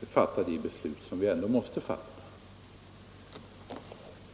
fatta de beslut som vi ändå måste fatta?